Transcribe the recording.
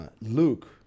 Luke